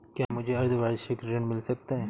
क्या मुझे अर्धवार्षिक ऋण मिल सकता है?